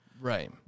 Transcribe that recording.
right